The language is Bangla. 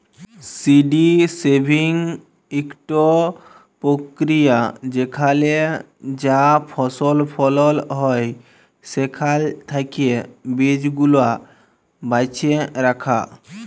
সি.ডি সেভিং ইকট পক্রিয়া যেখালে যা ফসল ফলল হ্যয় সেখাল থ্যাকে বীজগুলা বাছে রাখা